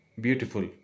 beautiful